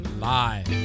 live